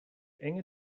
enge